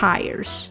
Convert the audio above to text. Tires